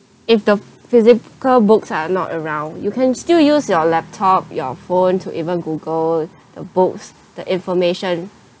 if the physical books are not around you can still use your laptop your phone to even google the books the information